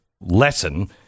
lesson